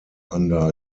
under